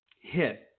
hit